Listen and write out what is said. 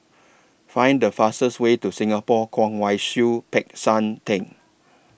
Find The fastest Way to Singapore Kwong Wai Siew Peck San Theng